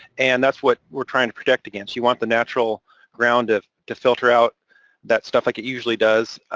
and that's what we're trying to protect against. you want the natural ground ah to filter out that stuff like it usually does.